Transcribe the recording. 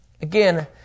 Again